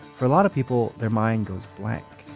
for a lot of people, their mind goes blank.